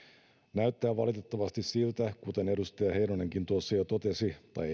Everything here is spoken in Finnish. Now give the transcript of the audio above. näyttää valitettavasti siltä kuten edustaja heinonenkin tuossa jo totesi tai